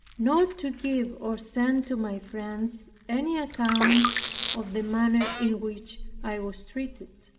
nor to give or send to my friends any account of the manner in which i was treated.